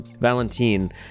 valentine